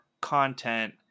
content